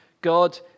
God